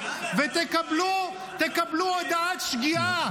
ותקבלו הודעת שגיאה.